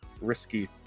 risky